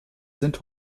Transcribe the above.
sind